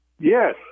Yes